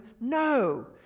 No